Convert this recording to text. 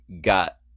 got